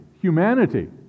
humanity